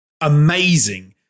amazing